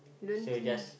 so you just